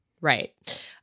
right